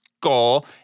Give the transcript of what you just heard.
goal